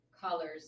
colors